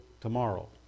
tomorrow